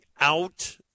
out